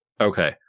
Okay